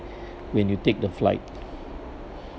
when you take the flight